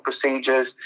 procedures